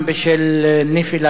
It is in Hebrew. הנה,